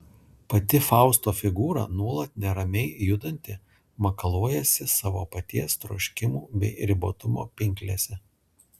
pati fausto figūra nuolat neramiai judanti makaluojasi savo paties troškimų bei ribotumo pinklėse